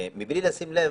בלי לשים לב,